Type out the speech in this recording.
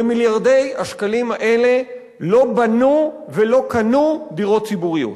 במיליארדי השקלים האלה לא בנו ולא קנו דירות ציבוריות,